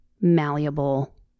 malleable